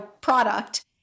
product